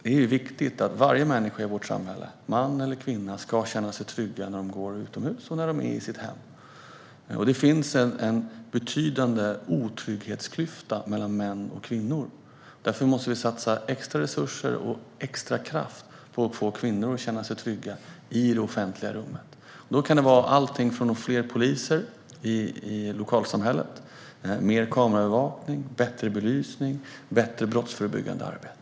Det är nämligen viktigt att varje människa i vårt samhälle, man eller kvinna, ska känna sig trygg utomhus och i sitt hem. Det finns en betydande otrygghetsklyfta mellan män och kvinnor, och därför måste vi satsa extra resurser och extra kraft på att få kvinnor att känna sig trygga i det offentliga rummet. Det kan vara sådant som att ha fler poliser i lokalsamhället, mer kameraövervakning, bättre belysning och bättre brottsförebyggande arbete.